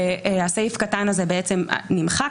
והסעיף הקטן הזה נמחק,